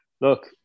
look